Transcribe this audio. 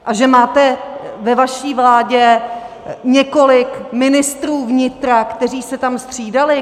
A že máte ve své vládě několik ministrů vnitra, kteří se tam střídali?